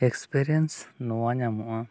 ᱱᱚᱣᱟ ᱧᱟᱢᱚᱜᱼᱟ